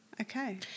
Okay